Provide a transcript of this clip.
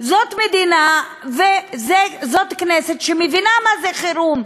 זאת מדינה וזאת כנסת שמבינה מה זה חירום,